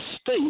state